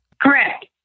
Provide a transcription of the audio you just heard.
Correct